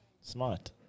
Smart